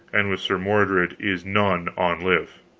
and with sir mordred is none on live.